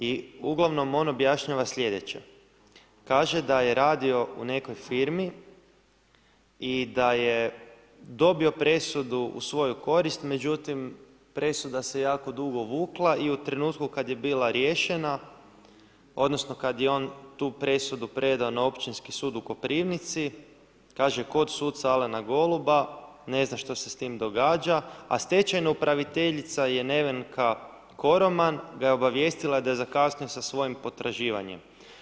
I ugl. on objašnjava sljedeće, kaže da je radio u nekoj firmi i da je dobio presudu u svoju korist, međutim, presuda se jako dugo vukla i u trenutku kad je bila riješena, odnosno, kada je on tu presudu predao na Općinski sud u Koprivnici, kaže kod suca Alena Goluba, ne zna što se s tim događa, a stečajno upraviteljica, Nevenka Koroman, ga je obavijestila da je zakasnio sa svojim potraživanjem.